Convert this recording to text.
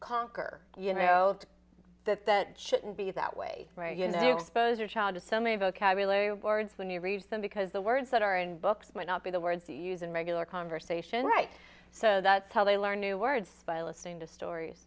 conker you know that that shouldn't be that way you know you suppose your child has so many vocabulary words when you read them because the words that are in books might not be the words you use in regular conversation right so that's how they learn new words by listening to stories